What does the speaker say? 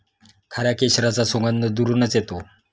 खऱ्या केशराचा सुगंध दुरूनच येतो